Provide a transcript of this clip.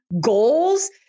goals